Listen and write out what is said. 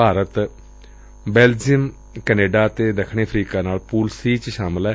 Bharat Belgium Canada ਅਤੇ ਦੱਖਣੀ Africa ਨਾਲ ਪੂਲ ਸੀ ਵਿਚ ਸ਼ਾਮਲ ਏ